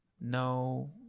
No